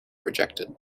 rejected